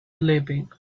sleeping